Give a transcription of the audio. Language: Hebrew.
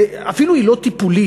אפילו היא לא טיפולית,